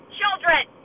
children